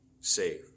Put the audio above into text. save